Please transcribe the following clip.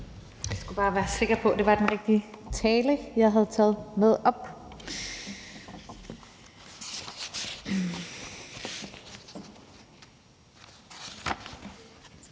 Jeg skulle bare være sikker på, det var den rigtige tale, jeg havde taget med op.